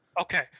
Okay